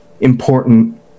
important